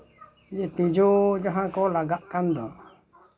ᱛᱤᱡᱩ ᱡᱟᱦᱟᱸ ᱠᱚ ᱞᱟᱜᱟᱜ ᱠᱟᱱ ᱫᱚ